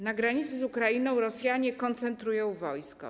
Na granicy z Ukrainą Rosjanie koncentrują wojsko.